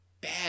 bad